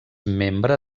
membre